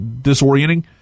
disorienting